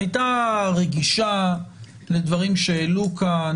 הוועדה הייתה רגישה לדברים שהעלו כאן.